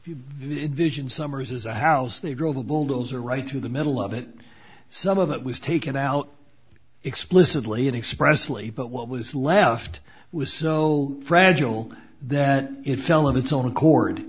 invision summers as a house they drove a bulldozer right through the middle of it some of it was taken out explicitly and expressively but what was left was so fragile that it fell of its own accord